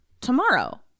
tomorrow